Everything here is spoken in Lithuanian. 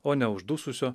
o ne uždususio